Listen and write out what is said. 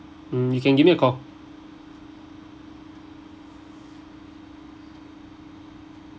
mm you can give me a call